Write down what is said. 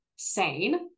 Sane